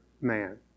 man